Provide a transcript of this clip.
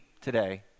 today